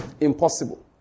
Impossible